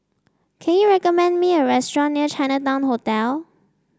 can you recommend me a restaurant near Chinatown Hotel